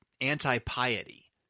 anti-piety